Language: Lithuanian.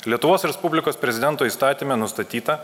lietuvos respublikos prezidento įstatyme nustatyta